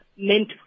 meant